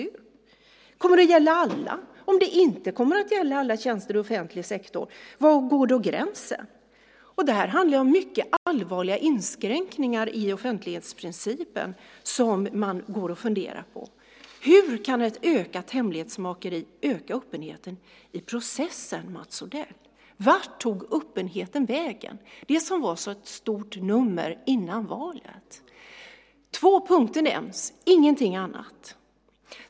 Kommer detta att gälla alla tjänster i offentlig sektor? Om det inte kommer att gälla alla tjänster i offentlig sektor, var går då gränsen? Detta handlar om mycket allvarliga inskränkningar i offentlighetsprincipen som man går och funderar på. Hur kan ett ökat hemlighetsmakeri öka öppenheten i processen, Mats Odell? Vart tog öppenheten vägen, det som var ett så stort nummer före valet? Två punkter nämns, ingenting annat.